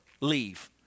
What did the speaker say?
Leave